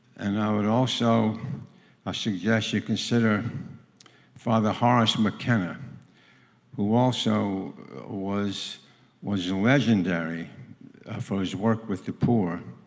and i would also suggest you consider father horace mckenna who also was was legendary for his work with the poor